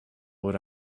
would